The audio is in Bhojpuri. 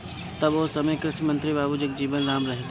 तब ओ समय कृषि मंत्री बाबू जगजीवन राम रहलें